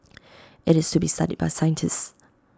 IT is to be studied by scientists